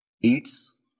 Eats